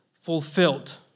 fulfilled